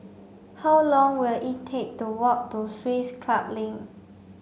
how long will it take to walk to Swiss Club Link